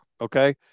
okay